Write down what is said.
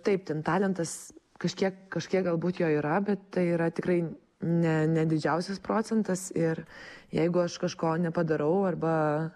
taip ten talentas kažkiek kažkiek galbūt jo yra bet tai yra tikrai ne ne didžiausias procentas ir jeigu aš kažko nepadarau arba